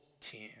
ten